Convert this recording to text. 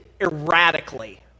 erratically